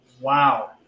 Wow